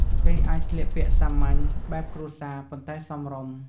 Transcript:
គេអាចស្លៀកពាក់សាមញ្ញ បែបគ្រួសារ ប៉ុន្តែសមរម្យ។